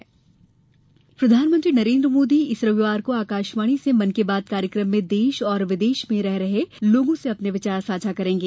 मन की बात प्रधानमंत्री नरेन्द्र मोदी इस रविवार को आकाशवाणी से मन की बात कार्यक्रम में देश और विदेश में लोगों से अपने विचार साझा करेंगे